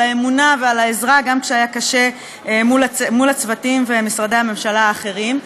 על האמונה ועל העזרה גם כשהיה קשה מול הצוותים ומשרדי הממשלה האחרים.